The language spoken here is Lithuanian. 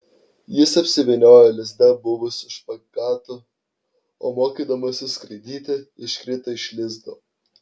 jis apsivyniojo lizde buvusiu špagatu o mokydamasis skraidyti iškrito iš lizdo